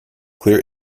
clear